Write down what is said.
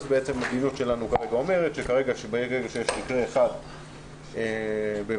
המדיניות שלנו אומרת שברגע שיש מקרה אחד בבית